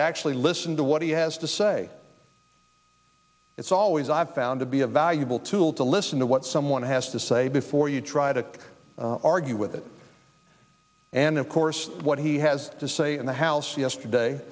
to actually listen to what he has to say it's always i've found to be a valuable tool to listen to what someone has to say before you try to argue with it and of course what he has to say in the house yesterday